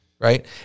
right